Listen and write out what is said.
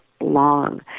long